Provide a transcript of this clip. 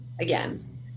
again